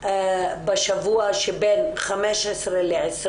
ממשרד הבריאות בשבוע שבין 15 ל-20